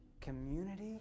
Community